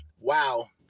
Wow